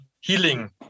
healing